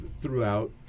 throughout